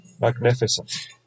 Magnificent